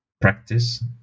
practice